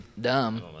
dumb